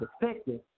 effective